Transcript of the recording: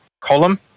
column